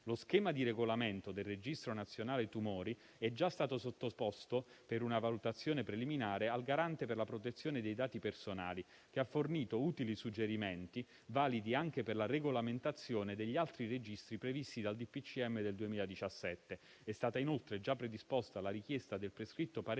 Lo schema di regolamento del registro nazionale tumori è già stato sottoposto per una valutazione preliminare al Garante per la protezione dei dati personali, che ha fornito utili suggerimenti, validi anche per la regolamentazione degli altri registri previsti dal decreto del Presidente del Consiglio dei ministri del 2017. È stata inoltre già predisposta la richiesta del prescritto parere